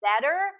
better